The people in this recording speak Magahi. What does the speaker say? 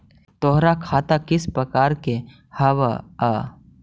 तोहार खता किस प्रकार के हवअ